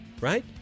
Right